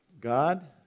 God